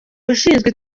ushinzwe